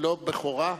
לא בכורה,